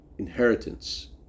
inheritance